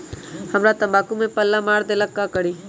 हमरा तंबाकू में पल्ला मार देलक ये ला का करी?